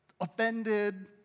offended